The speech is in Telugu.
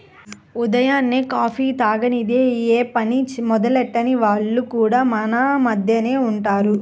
ఉదయాన్నే కాఫీ తాగనిదె యే పని మొదలెట్టని వాళ్లు కూడా మన మద్దెనే ఉంటారు